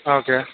okay